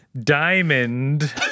Diamond